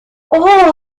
اوه